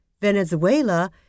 Venezuela